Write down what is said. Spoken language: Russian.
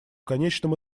конечном